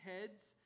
heads